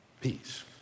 Peace